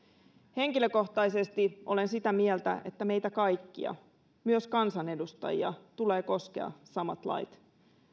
henkilökohtaisesti olen sitä mieltä että meitä kaikkia myös kansanedustajia tulee koskea samat lait